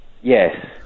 Yes